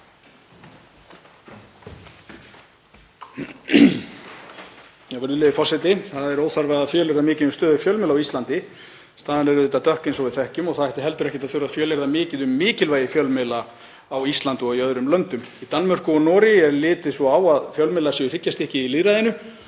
Það er óþarfi að fjölyrða mikið um stöðu fjölmiðla á Íslandi. Staðan er dökk eins og við þekkjum. Það ætti heldur ekki að þurfa að fjölyrða mikið um mikilvægi fjölmiðla á Íslandi og í öðrum löndum. Í Danmörku og Noregi er litið svo á að fjölmiðlar séu hryggjarstykkið í lýðræðinu